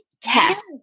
test